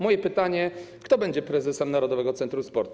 Moje pytanie: Kto będzie prezesem Narodowego Centrum Sportu?